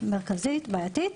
מרכזית ובעייתית.